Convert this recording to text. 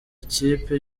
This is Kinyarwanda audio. kipe